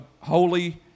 holy